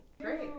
Great